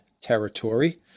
territory